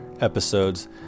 episodes